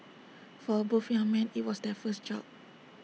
for both young men IT was their first job